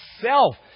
self